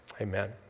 Amen